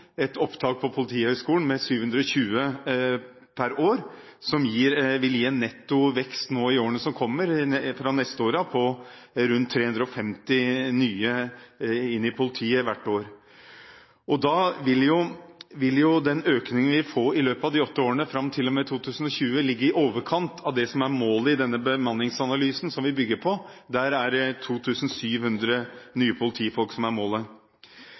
et opptak på Politihøgskolen på 720 per år. Fra neste år av og i årene som kommer, vil det gi en netto vekst på rundt 350 nye inn i politiet hvert år. Da vil den økningen vi får i løpet av de åtte årene fram til 2020, ligge i overkant av det som er målet i den bemanningsanalysen som vi bygger på. Der er det 2 700 nye politifolk som er målet.